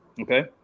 okay